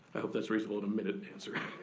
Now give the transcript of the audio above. i hope that's reasonable in a minute answer.